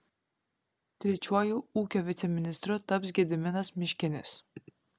trečiuoju ūkio viceministru taps gediminas miškinis